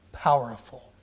Powerful